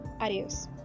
Adios